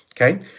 Okay